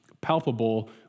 palpable